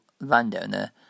landowner